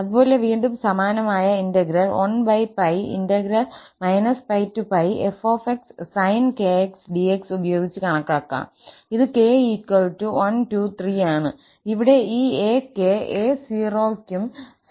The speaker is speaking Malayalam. അതുപോലെ വീണ്ടും സമാനമായ ഇന്റഗ്രൽ 1𝜋 𝜋𝜋𝑓𝑥sin𝑘𝑥 𝑑𝑥ഉപയോഗിച്ച് കണക്കാക്കാം ഇത് 𝑘123ആണ് ഇവിടെ ഈ 𝑎𝑘 𝑎0 നും സാധുതയുള്ളതാണ്